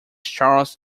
charles